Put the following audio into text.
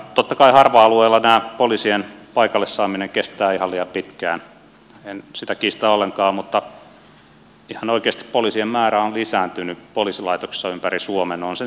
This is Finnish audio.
totta kai harva alueilla poliisien paikalle saaminen kestää ihan liian pitkään en sitä kiistä ollenkaan mutta ihan oikeasti poliisien määrä on lisääntynyt poliisilaitoksissa ympäri suomen olen sen selvittänyt